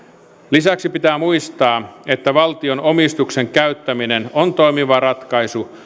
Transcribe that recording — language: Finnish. lisäksi pitää muistaa että valtion omistuksen käyttäminen on toimiva ratkaisu